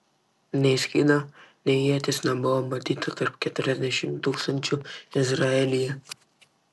nei skydo nei ieties nebuvo matyti tarp keturiasdešimt tūkstančių izraelyje